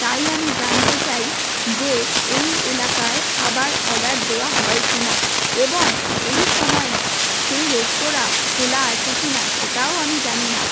তাই আমি জানতে চাই যে এই এলাকায় খাবার অর্ডার দেওয়া হয় কিনা এবং এই সময়ে সেই রেস্তোরাঁ খোলা আছে কিনা সেটাও আমি জানি না